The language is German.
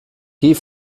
geh